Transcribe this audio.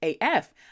AF